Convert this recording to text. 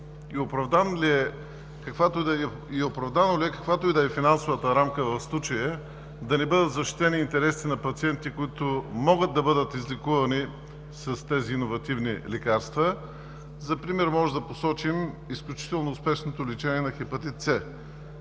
Оправдано ли е каквато и да е финансовата рамка в случая да не бъдат защитени интересите на пациентите, които могат да бъдат излекувани с тези иновативни лекарства? За пример можем да посочим изключително успешното лечение на Хепатит С